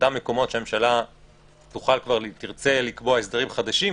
שבאותם מקומות שהממשלה תרצה לקבוע הסדרים חדשים,